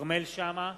כרמל שאמה,